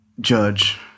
judge